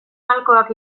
malkoak